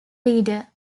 leader